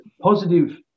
positive